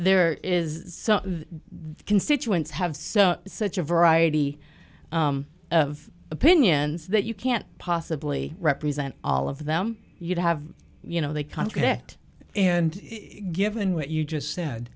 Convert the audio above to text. the constituents have so such a variety of opinions that you can't possibly represent all of them you have you know they contradict and given what you just said